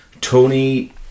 Tony